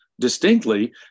distinctly